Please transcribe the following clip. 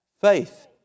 Faith